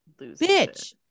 Bitch